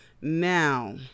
now